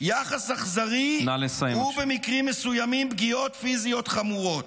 יחס אכזרי ובמקרים מסוימים פגיעות פיזיות חמורות.